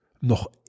noch